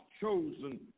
chosen